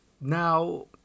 Now